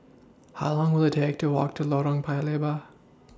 How Long Will IT Take to Walk to Lorong Paya Lebar